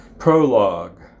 Prologue